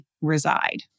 reside